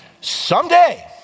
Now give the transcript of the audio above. Someday